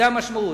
זאת המשמעות.